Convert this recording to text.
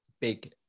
big